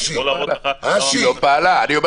אשי --- אני יכול להראות לך שהיא לא פעלה.